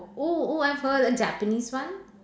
oh oh I've heard a Japanese one